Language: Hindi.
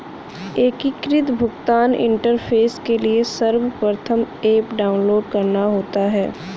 एकीकृत भुगतान इंटरफेस के लिए सर्वप्रथम ऐप डाउनलोड करना होता है